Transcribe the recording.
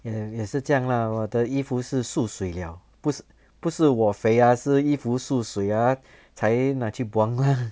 也是这样 lah 我的衣服是缩水了不是不是我肥 ah 是衣服缩水 ah 才拿去 buang lah